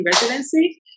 residency